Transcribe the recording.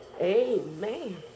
amen